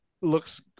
Looks